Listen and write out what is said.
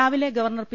രാവിലെ governor P